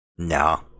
no